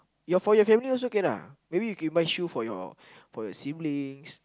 your for your family also can ah maybe you can buy shoe for your your siblings